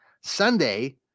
Sunday